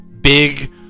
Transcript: big